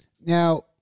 Now